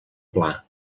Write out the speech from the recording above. pla